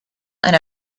and